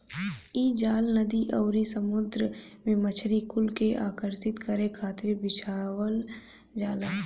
इ जाल नदी अउरी समुंदर में मछरी कुल के आकर्षित करे खातिर बिछावल जाला